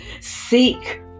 seek